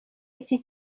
iki